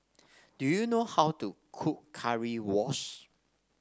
do you know how to cook Currywurst